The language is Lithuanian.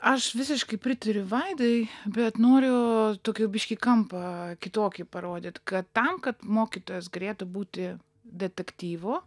aš visiškai pritariu vaidai bet noriu tokio biškį kampą kitokį parodyt kad tam kad mokytojas galėtų būti detektyvu